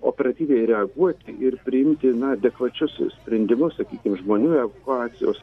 operatyviai reaguoti ir priimti na adekvačius sprendimus sakykim žmonių evakuacijos